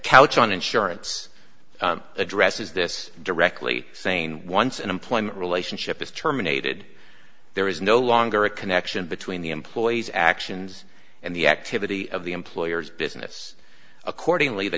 couch on insurance addresses this directly saying once an employment relationship is terminated there is no longer a connection between the employee's actions and the activity of the employer's business accordingly the